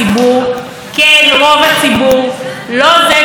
לא זה שלכאורה שלח את הממשלה,